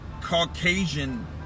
Caucasian